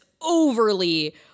overly